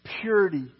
purity